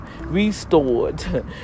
restored